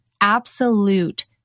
absolute